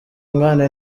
umwana